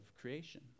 creation